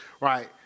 right